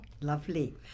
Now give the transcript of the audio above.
lovely